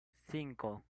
cinco